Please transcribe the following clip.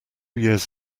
years